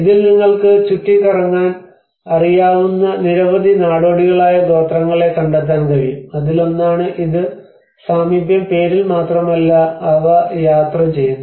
ഇതിൽ നിങ്ങൾക്ക് ചുറ്റിക്കറങ്ങാൻ അറിയാവുന്ന നിരവധി നാടോടികളായ ഗോത്രങ്ങളെ കണ്ടെത്താൻ കഴിയും അതിലൊന്ന് ഇത് സാമീപ്യം പേരിൽ മാത്രമല്ല അവർ യാത്ര ചെയ്യുന്നു